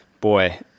boy